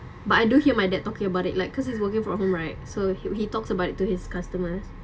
but I do hear my dad talking about it like cause he's working from home right so he'd he talks about it to his customer